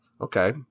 Okay